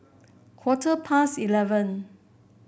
quarter past eleven